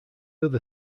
other